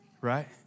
right